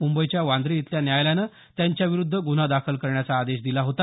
मुंबईच्या वांद्रे इथल्या न्यायालयानं त्यांच्याविरूद्ध गुन्हा दाखल करण्याचा आदेश दिला होता